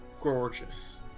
gorgeous